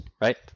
right